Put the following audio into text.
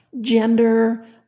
gender